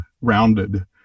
rounded